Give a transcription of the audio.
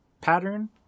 pattern